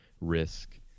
risk